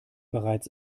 bereits